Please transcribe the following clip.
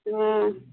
हाँ